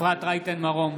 אפרת רייטן מרום,